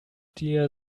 dir